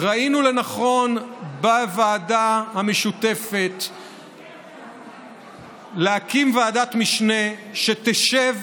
ראינו לנכון בוועדה המשותפת להקים ועדת משנה שתשב